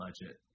budget